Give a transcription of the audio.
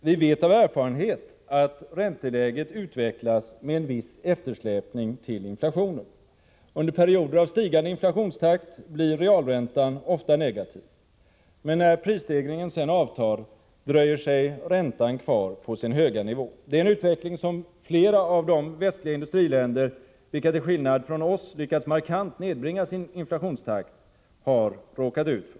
Vi vet av erfarenhet att ränteläget utvecklas med viss eftersläpning jämfört med inflationen. Under perioder med stigande inflationstakt blir realräntan ofta negativ, men när prisstegringarna sedan avtar, dröjer sig räntan kvar på sin höga nivå. Det är en utveckling som flera av de västliga industriländer vilka till skillnad mot oss markant har lyckats nedbringa sin inflationstakt har råkat ut för.